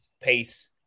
pace